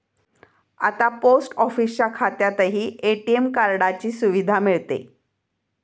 आता पोस्ट ऑफिसच्या खात्यातही ए.टी.एम कार्डाची सुविधा मिळते